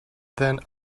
than